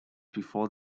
before